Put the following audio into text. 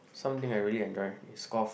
something I really enjoy is golf